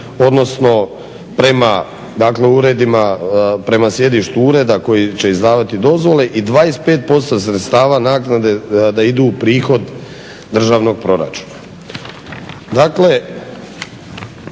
uredima, prema sjedištu ureda koji će izdavati dozvole. I 25% sredstava naknade da idu u prihod državnog proračuna.